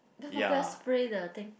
then spray the thing